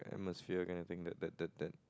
the sphere kind of thing that that that that